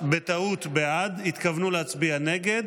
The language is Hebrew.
בטעות בעד והתכוונו להצביע נגד.